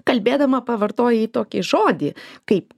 kalbėdama pavartojai tokį žodį kaip